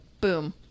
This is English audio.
Boom